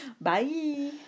Bye